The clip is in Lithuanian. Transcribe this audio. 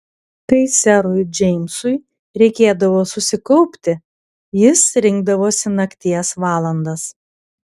kai serui džeimsui reikėdavo susikaupti jis rinkdavosi nakties valandas